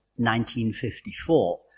1954